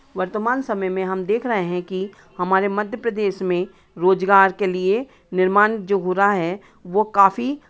वर्तमान समय में हम देख रहे हैं कि हमारे मध्य प्रदेश में रोज़गार के लिए निर्माण जो हो रहा है वो काफ़ी